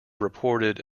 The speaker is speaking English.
reported